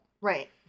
Right